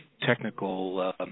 technical